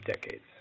decades